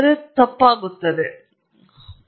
ಆದ್ದರಿಂದ ಅದು ಉತ್ತಮ ಅಭ್ಯಾಸವಲ್ಲ